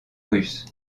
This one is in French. russe